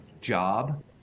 job